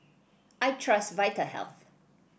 I trust Vitahealth